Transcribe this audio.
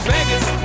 Vegas